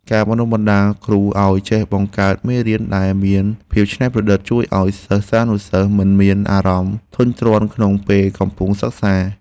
ការបណ្តុះបណ្តាលគ្រូឱ្យចេះបង្កើតមេរៀនដែលមានភាពច្នៃប្រឌិត ជួយឱ្យសិស្សានុសិស្សមិនមានអារម្មណ៍ធុញទ្រាន់ក្នុងពេលកំពុងសិក្សា។